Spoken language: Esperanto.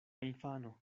infano